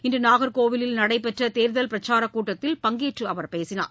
இன்று நாகர்கோவிலில் நடைபெற்ற தேர்தல் பிரச்சாரக் கூட்டத்தில் பங்கேற்று அவர் பேசினார்